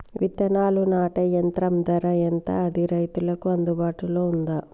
విత్తనాలు నాటే యంత్రం ధర ఎంత అది రైతులకు అందుబాటులో ఉందా?